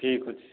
ଠିକ୍ ଅଛି ସାର୍